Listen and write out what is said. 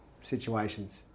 situations